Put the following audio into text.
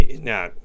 now